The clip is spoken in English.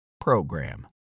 program